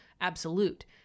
absolute